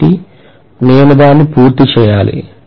కాబట్టి నేను దాన్ని పూర్తి చేయాలి